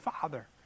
Father